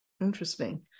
Interesting